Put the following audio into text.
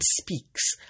speaks